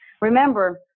Remember